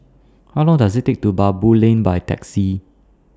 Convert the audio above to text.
How Long Does IT Take to get to Baboo Lane By Taxi